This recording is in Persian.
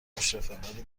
مشرفه، ولی